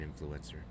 influencer